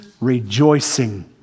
rejoicing